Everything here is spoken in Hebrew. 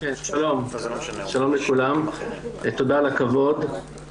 שלום לכולם, תודה על הכבוד.